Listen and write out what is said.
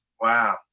Wow